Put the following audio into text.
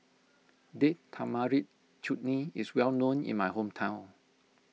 Date Tamarind Chutney is well known in my hometown